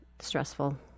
stressful